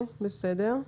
בסדר.